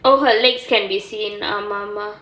oh her legs can be seen ஆமா ஆமா:aamaa aamaa